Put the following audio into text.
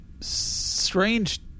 strange